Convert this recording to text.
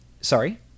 sorry